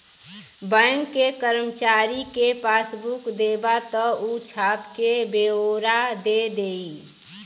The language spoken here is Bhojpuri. बैंक के करमचारी के पासबुक देबा त ऊ छाप क बेओरा दे देई